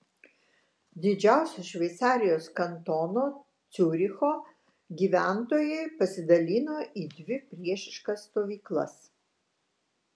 didžiausio šveicarijos kantono ciuricho gyventojai pasidalino į dvi priešiškas stovyklas